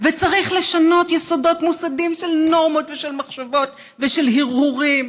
וצריך לשנות יסודות מוסדים של נורמות ושל מחשבות ושל הרהורים